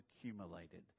accumulated